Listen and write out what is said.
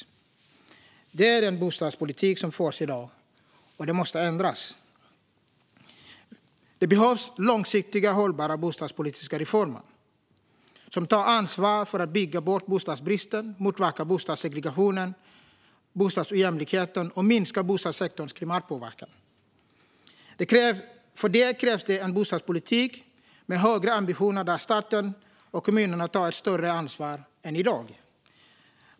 Det är resultatet av den bostadspolitik som förs i dag, och detta måste ändras. Det behövs långsiktigt hållbara bostadspolitiska reformer som tar ansvar för att bygga bort bostadsbristen, motverka bostadssegregationen och bostadsojämlikheten samt minska bostadssektorns klimatpåverkan. För det krävs en bostadspolitik med högre ambitioner där staten och kommunerna tar ett större ansvar än i dag.